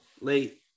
late